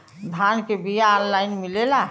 धान के बिया ऑनलाइन मिलेला?